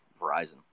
Verizon